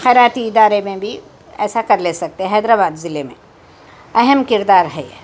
خیراتی ادارے میں بھی ایسا کر لے سکتے حیدرآباد ضلع میں اَہم کردار ہے یہ